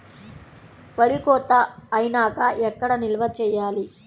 వరి కోత అయినాక ఎక్కడ నిల్వ చేయాలి?